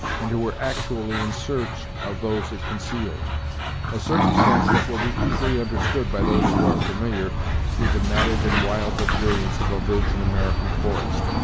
and who were actually in search of those it concealed a circumstance that will be easily understood by those who are familiar with the matted and wild luxuriance of a virgin american forest,